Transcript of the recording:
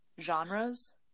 Genres